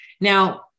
Now